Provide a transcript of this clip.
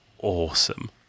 awesome